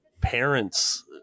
parents